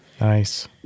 nice